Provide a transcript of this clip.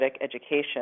education